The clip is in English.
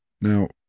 Now